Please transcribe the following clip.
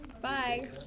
Bye